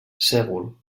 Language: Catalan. sègol